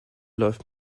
läuft